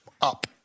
up